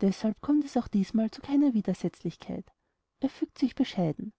deßhalb kommt es auch dießmal zu keiner widersetzlichkeit er fügt sich bescheiden